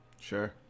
Sure